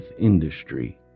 industry